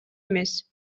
эмес